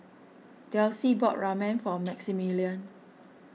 Delsie bought Ramen for Maximillian